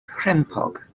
crempog